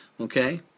okay